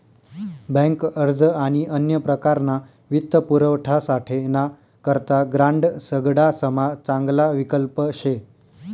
bank अर्ज आणि अन्य प्रकारना वित्तपुरवठासाठे ना करता ग्रांड सगडासमा चांगला विकल्प शे